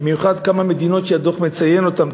במיוחד של כמה מדינות שהדוח מציין אותן,